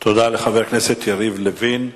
תודה לחבר הכנסת יריב לוין.